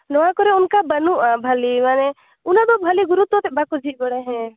ᱱᱚᱣᱟ ᱠᱚᱨᱮ ᱚᱱᱠᱟ ᱵᱟᱹᱱᱩᱜᱼᱟ ᱵᱷᱟᱹᱞᱤ ᱢᱟᱱᱮ ᱩᱱᱟᱹᱜ ᱫᱚ ᱵᱷᱟᱹᱞᱤ ᱜᱩᱨᱩᱛᱛᱚ ᱟᱛᱮᱫ ᱵᱟᱠᱚ ᱡᱷᱤᱡ ᱵᱟᱲᱟᱭᱟ ᱦᱮᱸ